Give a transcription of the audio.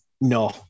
No